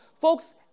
Folks